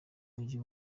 mujyi